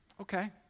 Okay